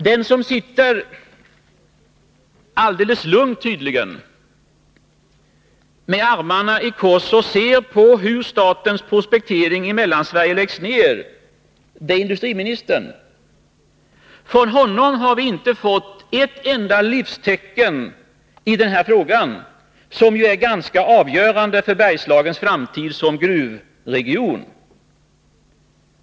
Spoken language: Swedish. Den som tydligen sitter alldeles lugn med armarna i kors och ser på hur statens prospektering i Mellansverige läggs ned, det är industriministern. Från honom har vi inte fått ett enda livstecken i den här frågan, som ju är ganska avgörande för Bergslagens framtid som gruvregion.